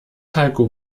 heiko